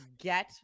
get